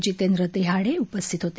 जितेंद्र देहाडे उपस्थित होते